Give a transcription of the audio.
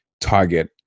target